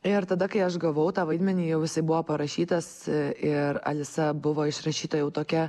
ir tada kai aš gavau tą vaidmenį jau jisai buvo parašytas ir alisa buvo išrašyta jau tokia